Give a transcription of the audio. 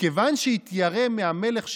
מכיוון שהתיירא מהמלך שיהרגנו,